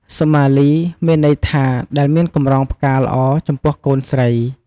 សុមាលី មានន័យថា ដែលមានកម្រងផ្កាល្អ ចំពោះកូនស្រី។